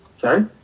Sorry